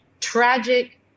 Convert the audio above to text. tragic